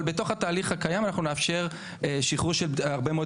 אבל בתוך התהליך הקיים אנחנו נאפשר שחרור של הרבה מאוד